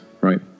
right